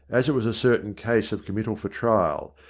as it was a certain case of committal for trial,